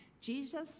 jesus